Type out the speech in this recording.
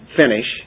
finish